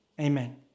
Amen